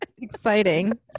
exciting